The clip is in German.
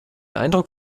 eindruck